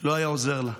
לא היה עוזר לה,